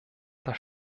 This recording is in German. das